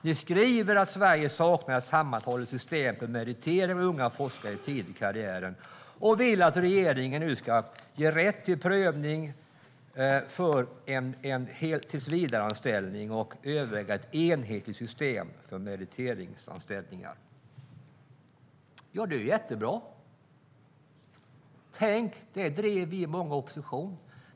Ni skriver att Sverige saknar ett sammanhållet system för meritering av unga forskare tidigt i karriären och att ni vill att regeringen nu ska ge rätt till prövning för tillsvidareanställning och överväga ett enhetligt system för meriteringsanställningar. Ja, det är ju jättebra. Tänk, det drev vi i många år i opposition.